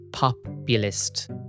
populist